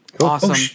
Awesome